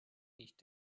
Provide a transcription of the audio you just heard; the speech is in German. nicht